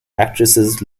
actresses